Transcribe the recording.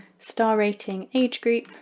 star rating, age group,